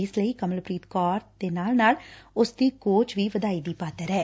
ਇਸ ਲਈ ਕਮਲਪ੍ਰੀਤ ਕੌਰ ਦੇ ਨਾਲ ਨਾਲ ਉਸ ਦੀ ਕੋਚ ਵੀ ਵਧਾਈ ਦੀ ਪਾਤਰ ਏ